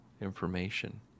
information